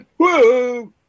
Whoa